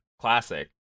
Classic